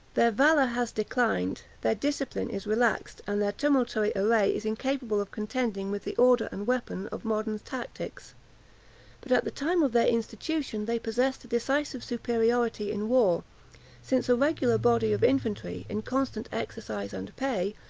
their valor has declined, their discipline is relaxed, and their tumultuary array is incapable of contending with the order and weapons of modern tactics but at the time of their institution, they possessed a decisive superiority in war since a regular body of infantry, in constant exercise and pay,